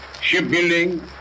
shipbuilding